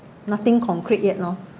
nothing concrete yet lor